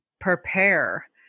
prepare